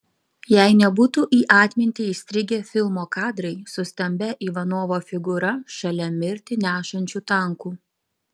jei nebūtų į atmintį įstrigę filmo kadrai su stambia ivanovo figūra šalia mirtį nešančių tankų